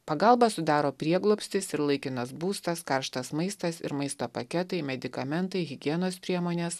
pagalbą sudaro prieglobstis ir laikinas būstas karštas maistas ir maisto paketai medikamentai higienos priemonės